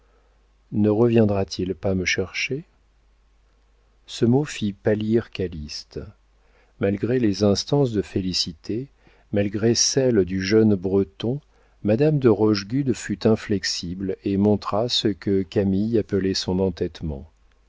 ne reviendra t il pas me chercher ce mot fit pâlir calyste malgré les instances de félicité malgré celles du jeune breton madame de rochegude fut inflexible et montra ce que camille appelait son entêtement